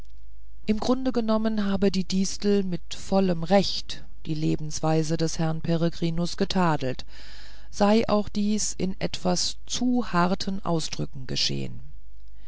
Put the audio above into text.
im grunde genommen habe die distel mit vollem recht die lebensweise des herrn peregrinus getadelt sei auch dies in etwas zu harten ausdrücken geschehen